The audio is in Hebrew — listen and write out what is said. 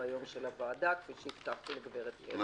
בסדר-היום של הוועדה, כפי שהבטחתי לגב' טרנר.